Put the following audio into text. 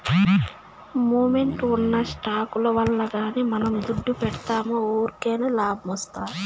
momentum ఉన్న స్టాకుల్ల గానీ మనం దుడ్డు పెడ్తిమా వూకినే లాబ్మొస్తాది